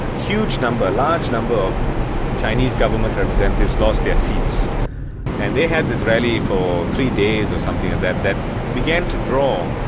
huge number, large number of chinese government representatives lost their seats and they had this rally for three days or something that that began to draw.